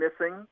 missing